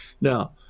Now